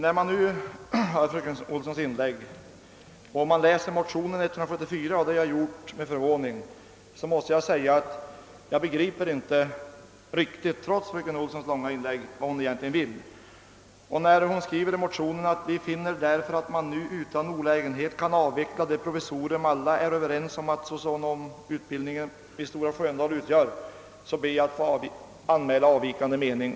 Varken efter att ha läst motionerna 1: 135 och II:174 — och det har jag gjort med stor förvåning — eller ens efter fröken Olssons långa anförande här i kammaren begriper jag vad hon egentligen vill. Fröken Olsson har i sin motion skrivit: »Vi finner därför att man nu utan olägenhet kan avveckla det provisorium alla är överens om att socionomutbildningen vid Stora Sköndal utgör.» Där ber jag att få anmäla en avvikande mening.